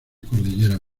cordillera